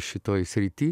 šitoj srity